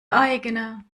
eigene